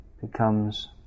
becomes